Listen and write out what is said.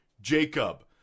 Jacob